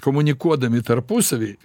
komunikuodami tarpusavy